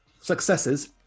successes